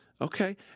okay